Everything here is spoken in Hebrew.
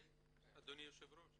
אדוני היושב ראש,